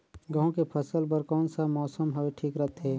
गहूं के फसल बर कौन सा मौसम हवे ठीक रथे?